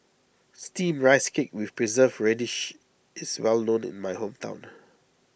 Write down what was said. Steamed Rice Cake with Preserved Radish is well known in my hometown